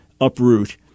uproot